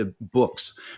books